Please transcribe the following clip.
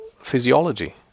physiology